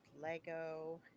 Lego